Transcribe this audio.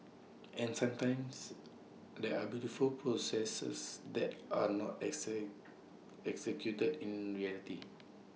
and sometimes there are beautiful processes that are not excite executed in reality